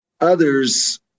others